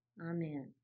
Amen